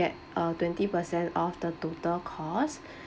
get a twenty percent off the total cost